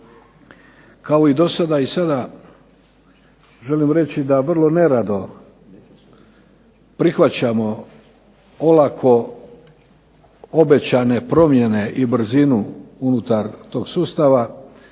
Kao i dosada i sada želim reći da vrlo nerado prihvaćamo olako obećane promjene i brzinu unutar tog sustava